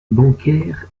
bancaire